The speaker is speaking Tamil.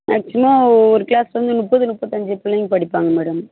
மேக்சிமம் ஒவ்வொரு க்ளாஸ்ல வந்து முப்பது முப்பத்தஞ்சு பிள்ளைங்கள் படிப்பாங்கள் மேடம்